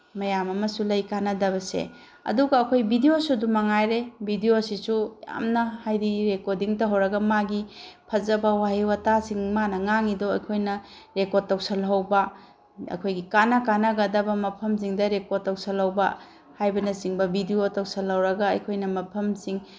ꯃꯌꯥꯝ ꯑꯃꯁꯨ ꯂꯩ ꯀꯥꯟꯅꯗꯕꯁꯦ ꯑꯗꯨꯒ ꯑꯩꯈꯣꯏ ꯚꯤꯗꯤꯑꯣꯁꯨ ꯃꯉꯥꯏꯔꯦ ꯚꯤꯗꯤꯑꯣꯁꯤꯁꯨ ꯌꯥꯝꯅ ꯍꯥꯏꯗꯤ ꯔꯦꯀꯣꯔꯗꯤꯡ ꯇꯧꯍꯧꯔꯒ ꯃꯥꯒꯤ ꯐꯖꯕ ꯋꯥꯍꯩ ꯋꯇꯥꯁꯤꯡ ꯃꯥꯅ ꯉꯥꯡꯉꯤꯗꯣ ꯑꯩꯈꯣꯏꯅ ꯔꯦꯀꯣꯔꯠ ꯇꯧꯁꯤꯜꯍꯧꯕ ꯑꯩꯈꯣꯏꯒꯤ ꯀꯥꯟꯅ ꯀꯥꯟꯅꯒꯗꯕ ꯃꯐꯝꯁꯤꯗꯡ ꯔꯦꯀꯣꯔꯠ ꯇꯧꯁꯤꯜꯍꯧꯕ ꯍꯥꯏꯕꯅꯆꯤꯡꯕ ꯕꯤꯗꯤꯑꯣ ꯇꯧꯁꯤꯜꯍꯧꯔꯒ ꯑꯩꯈꯣꯏꯅ ꯃꯐꯝꯁꯤꯡ